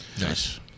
Nice